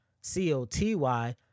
C-O-T-Y